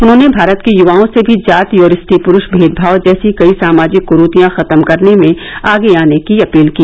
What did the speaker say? उन्होंने भारत के युवाओं से भी जाति और स्त्री पुरूष भेदभाव जैसी कई सामाजिक कुरीतियां खत्म करने में आगे आने की अपील की